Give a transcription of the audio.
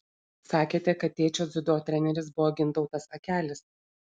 sakėte kad tėčio dziudo treneris buvo gintautas akelis